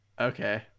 Okay